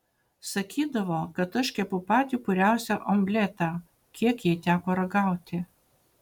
sakydavo kad aš kepu patį puriausią omletą kiek jai teko ragauti